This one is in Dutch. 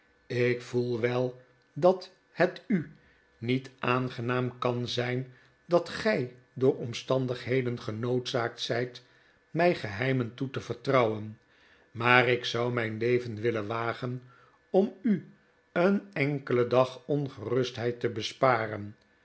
ik voel wel dat het u niet aangenaam kan zijn dat gij door omstandigheden genoodzaakt zijt mij geheimen toe te vertrouwen maar ik zou mijn leven willen wagen om u een enkelen dag ongerustheid te besparen